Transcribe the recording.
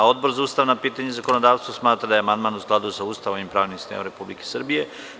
Odbor za ustavna pitanja i zakonodavstvo smatra da je amandman u skladu sa Ustavom i pravnim sistemom Republike Srbije.